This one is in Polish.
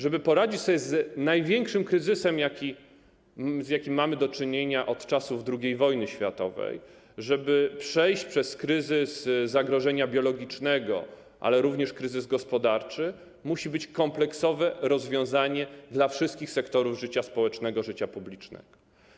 Żeby poradzić sobie z największym kryzysem, z jakim mamy do czynienia od czasów II wojny światowej, żeby przejść przez kryzys zagrożenia biologicznego, ale również kryzys gospodarczy, musi być kompleksowe rozwiązanie dla wszystkich sektorów życia społecznego, życia publicznego.